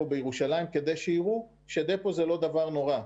בירושלים כדי שיראו ש-דפו הוא לא דבר נורא.